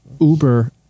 Uber